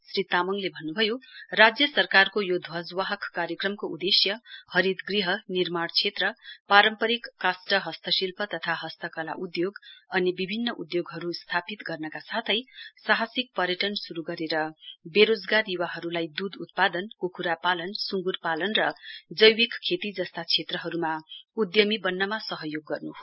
श्री तामङले भन्नुभयो राज्य सरकारको यो ध्वजवाहक कार्यक्रमको उदेश्य हरित गृहनिर्माण क्षेत्र पारम्परिक काष्ट हस्तशिल्प तथा हस्तकला उधोग अनि विभिन्न उधोगहरु स्थापित गर्नका साथै साहसिक पर्यटन शुरु गरेर बेरोजगार युवाहरुलाई दूध उत्पादन कुखुरा पालन सुगुर पालन र जैविक खेती जस्ता क्षेत्रहरुमा उद्यमी बन्नमा सहयोग गर्नु हो